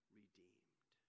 redeemed